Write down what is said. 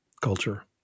culture